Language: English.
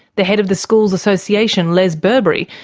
the head of the school's association, les burbury,